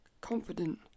confident